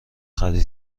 خرید